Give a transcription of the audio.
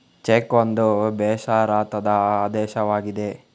check ಒಂದು ಬೇಷರತ್ತಾದ ಆದೇಶವಾಗಿದೆ